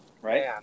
Right